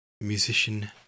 musician-